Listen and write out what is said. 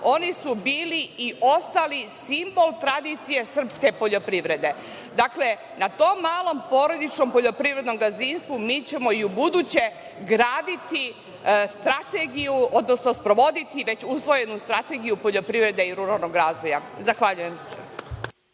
oni su bili i ostali simbol tradicije srpske poljoprivrede. Dakle, na tom malom porodičnom poljoprivrednom gazdinstvu, mi ćemo i ubuduće graditi strategiju, odnosno sprovoditi već usvojenu Strategiju poljoprivrede i ruralnog razvoja. Hvala.